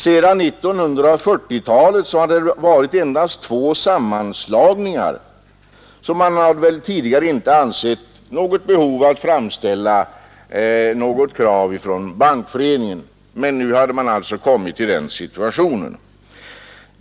Sedan 1940-talet har det förekommit endast två sammanslagningar, så Bankföreningen har väl tidigare inte ansett att det funnits något behov av att framställa något krav. Men nu hade man alltså kommit i den situationen.